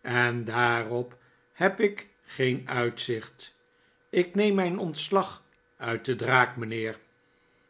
en daarop heb ik geen uitzicht ik neem mijn pntslag uit de draak mijnheer f